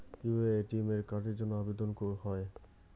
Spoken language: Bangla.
কিভাবে এ.টি.এম কার্ডের জন্য আবেদন করতে হয়?